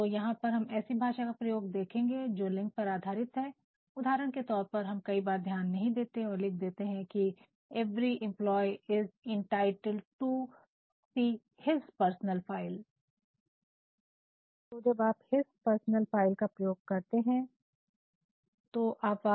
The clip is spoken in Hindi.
तो यहां पर हम ऐसी भाषा का प्रयोग देखेंगे जो कि लिंग पर आधारित है उदाहरण के तौर पर हम कई बार ध्यान नहीं देते हैं लिख देते हैं 'की 'every employee is entitled to see his personal file " Refer Slide Time 2632 तो जब आप "हिज पर्सनल फाइल " प्रयोग स्त्री और पुरुष दोनों के लिए करते हैं